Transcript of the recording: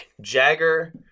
Jagger